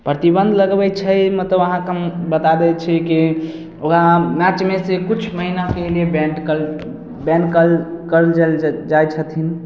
प्रतिबन्ध लगबै छै मतलब अहाँके हम बता दै छी की वहाँ मैचमे से कुछ महीनाके लिए बैन्ड कल बैन्ड कल कल देल जाय छथिन